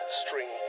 string